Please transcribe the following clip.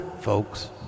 folks